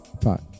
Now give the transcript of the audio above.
Five